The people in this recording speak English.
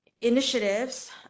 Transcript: initiatives